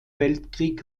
weltkrieg